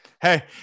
hey